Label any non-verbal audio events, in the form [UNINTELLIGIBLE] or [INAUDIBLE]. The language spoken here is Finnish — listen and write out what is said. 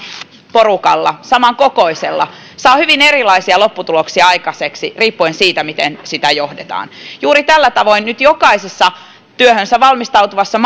porukalla samankokoisella saa hyvin erilaisia lopputuloksia aikaiseksi riippuen siitä miten porukkaa johdetaan juuri tällä tavoin nyt jokaisessa työhönsä valmistautuvassa [UNINTELLIGIBLE]